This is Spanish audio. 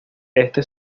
este